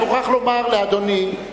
אני מוכרח לומר לאדוני,